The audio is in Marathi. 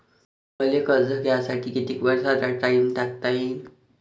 मले कर्ज घ्यासाठी कितीक वर्षाचा टाइम टाकता येईन?